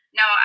no